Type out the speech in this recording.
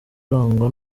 arangwa